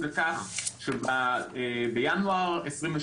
אז שיהיה מוכן כי אני צריכה לסיים.